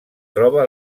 troba